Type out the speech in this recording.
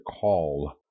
call